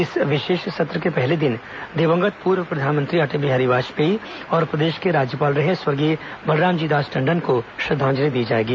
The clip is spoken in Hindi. इस विशेष सत्र के पहले दिन दिवंगत पूर्व प्रधानमंत्री अटल बिहारी वाजपेयी और प्रदेश के राज्यपाल रहे स्वर्गीय बलरामजी दास टंडन को श्रद्वांजलि दी जाएगी